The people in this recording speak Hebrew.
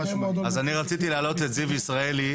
אז אני רציתי להעלות את זיו ישראלי,